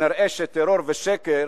כנראה טרור ושקר